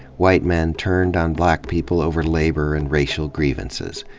white men turned on black people over labor and racial grievances.